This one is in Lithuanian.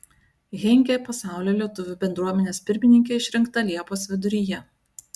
henkė pasaulio lietuvių bendruomenės pirmininke išrinkta liepos viduryje